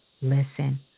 listen